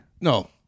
No